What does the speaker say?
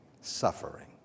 Suffering